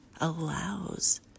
allows